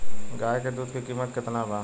गाय के दूध के कीमत केतना बा?